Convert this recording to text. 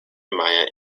maya